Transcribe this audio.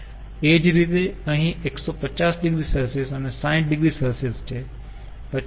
એ જ રીતે અહીં 150 oC અને 60 oC છે